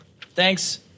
Thanks